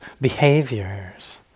behaviors